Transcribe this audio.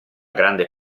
grande